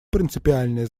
принципиальное